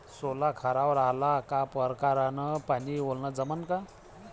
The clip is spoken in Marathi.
सोला खारावर आला का परकारं न पानी वलनं जमन का?